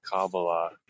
Kabbalah